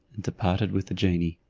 and departed with the genie.